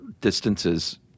distances